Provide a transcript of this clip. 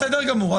בסדר גמור.